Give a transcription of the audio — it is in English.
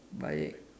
baik